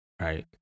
right